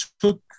Took